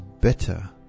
better